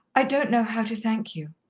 i don't know how to thank you.